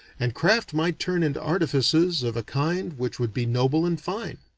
and craft might turn into artifices of a kind which would be noble and fine.